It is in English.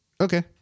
Okay